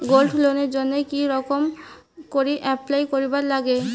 Gold লোনের জইন্যে কি রকম করি অ্যাপ্লাই করিবার লাগে?